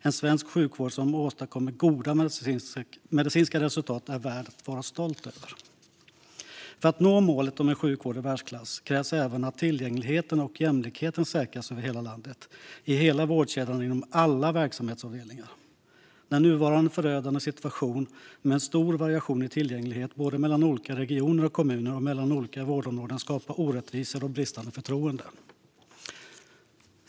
En svensk sjukvård som åstadkommer goda medicinska resultat är värd att vara stolt över. För att nå målet om en sjukvård i världsklass krävs även att tillgängligheten och jämlikheten säkras över hela landet, i hela vårdkedjan och inom alla verksamhetsavdelningar. Nuvarande förödande situation med en stor variation i tillgänglighet, både mellan olika regioner och kommuner och mellan olika vårdområden, skapar orättvisor och bristande förtroende.